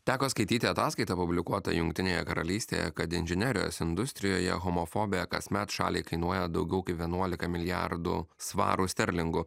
teko skaityti ataskaitą publikuotą jungtinėje karalystėje kad inžinerijos industrijoje homofobija kasmet šaliai kainuoja daugiau kaip vienuolika milijardų svarų sterlingų